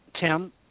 Tim